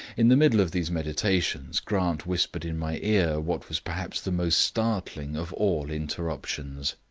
in the middle of these meditations, grant whispered in my ear what was perhaps the most startling of all interruptions.